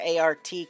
ART